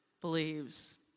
believes